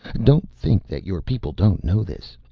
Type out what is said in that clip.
don't think that your people don't know this.